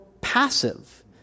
passive